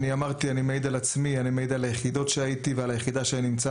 אני מעיד על עצמי ועל היחידות בהן הייתי,